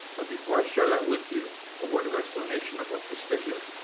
ah before i share that with you, a word of explanation about this video.